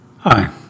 Hi